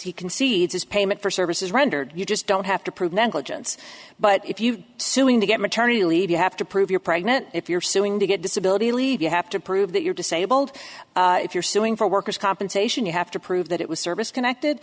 he concedes as payment for services rendered you just don't have to prove negligence but if you suing to get maternity leave you have to prove you're pregnant if you're suing to get disability leave you have to prove that you're disabled if you're suing for worker's compensation you have to prove that it was service connected